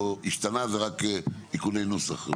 זה לא השתנה, זה רק תיקוני נוסח.